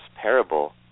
parable